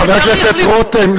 חבר הכנסת רותם,